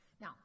Now